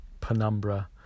penumbra